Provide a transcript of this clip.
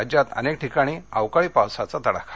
राज्यात अनेक ठिकाणी अवकाळी पावसाचा तडाखा